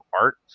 art